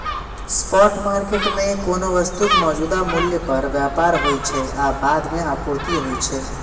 spot market मे कोनो वस्तुक मौजूदा मूल्य पर व्यापार होइ छै आ बाद मे आपूर्ति होइ छै